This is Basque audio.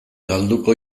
galduko